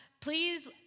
please